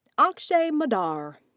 ah askshay madar.